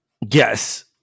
Yes